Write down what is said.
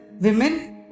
women